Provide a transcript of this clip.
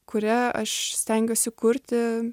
kuria aš stengiuosi kurti